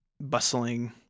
bustling